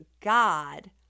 God